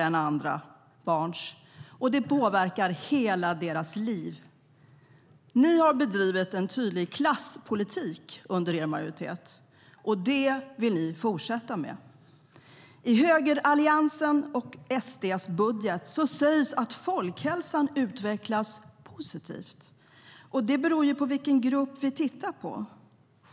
Det påverkar hela deras liv. I högeralliansens och SD:s budget sägs att folkhälsan utvecklats positivt. Det beror på vilken grupp vi tittar på.